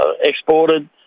exported